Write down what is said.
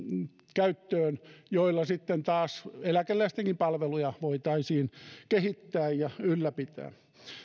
käyttöön joilla sitten taas eläkeläistenkin palveluja voitaisiin kehittää ja ylläpitää